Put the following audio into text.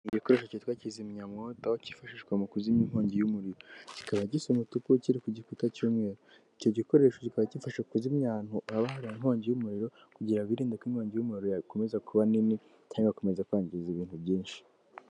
Igikoresho kitwa kizimyamdo Kifashishwa mu kuzimya inkongi y'umuriro, kikaba gisa umutuku kiri ku gikuta cy'umweru, icyo gikoresho kikaba gifasha kuzimya ahaba hari inkongi y'umuriro, kugira birinde inkongi y'umuriro yakomeza kuba nini cyangwa igakomeza kwangiza ibintu byinshi.